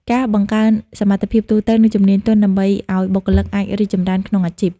ការបង្កើនសមត្ថភាពទូទៅ និងជំនាញទន់ ដើម្បីឲ្យបុគ្គលិកអាចរីកចម្រើនក្នុងអាជីព។